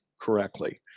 correctly